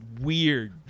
weird